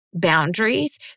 boundaries